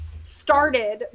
started